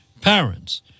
parents